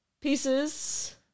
Pieces